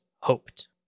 hoped